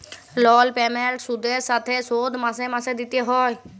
লল পেমেল্ট সুদের সাথে শোধ মাসে মাসে দিতে হ্যয়